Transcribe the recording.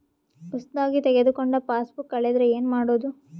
ಹೊಸದಾಗಿ ತೆಗೆದುಕೊಂಡ ಪಾಸ್ಬುಕ್ ಕಳೆದರೆ ಏನು ಮಾಡೋದು?